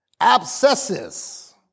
abscesses